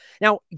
Now